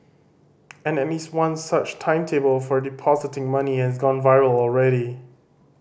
and at least one such timetable for depositing money has gone viral already